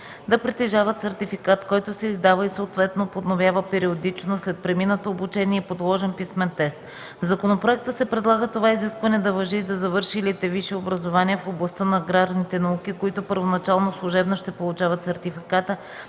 да притежават сертификат, който се издава и съответно подновява периодично, след преминато обучение и положен писмен тест. В законопроекта се предлага това изискване да важи и за завършилите висше образование в областта на аграрните науки, които първоначално служебно ще получават сертификата,